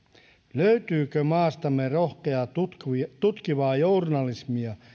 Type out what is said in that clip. löytyykö maastamme rohkeaa tutkivaa journalismia